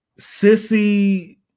Sissy